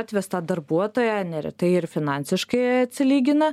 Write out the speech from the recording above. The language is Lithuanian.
atvestą darbuotoją neretai ir finansiškai atsilygina